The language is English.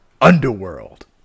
underworld